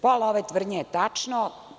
Pola ove tvrdnje je tačno.